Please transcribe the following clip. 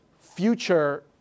future